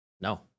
No